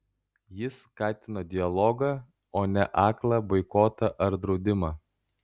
jis skatino dialogą o ne aklą boikotą ar draudimą